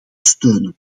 steunen